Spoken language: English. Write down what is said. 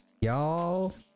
y'all